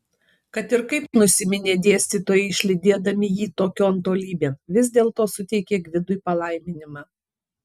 kad ir kaip nusiminė dėstytojai išlydėdami jį tokion tolybėn vis dėlto suteikė gvidui palaiminimą